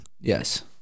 yes